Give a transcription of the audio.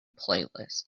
playlist